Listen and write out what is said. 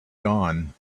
gone